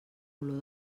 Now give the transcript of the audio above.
olor